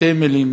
שתי מילים,